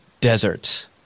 deserts